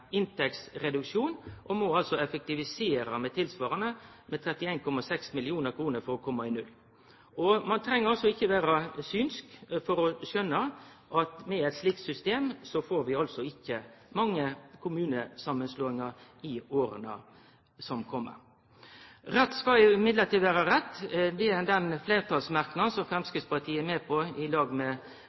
inntektsreduksjon og må effektivisere med tilsvarande – med 31,6 mill. kr for å komme i null. Ein treng ikkje vere synsk for å skjønne at med eit slikt system får vi ikkje mange kommunesamanslåingar i åra som kjem. Rett skal likevel vere rett. Den fleirtalsmerknaden som Framstegspartiet er med på i lag med